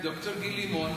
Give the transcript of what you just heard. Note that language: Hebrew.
עם ד"ר גיל לימון.